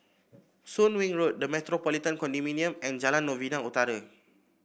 Soon Wing Road The Metropolitan Condominium and Jalan Novena Utara